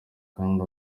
kandi